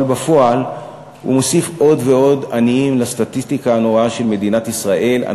אבל בפועל הוא מוסיף עוד ועוד עניים לסטטיסטיקה הנוראה של מדינת ישראל,